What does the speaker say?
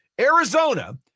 Arizona